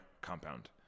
compound